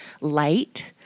light